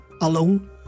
alone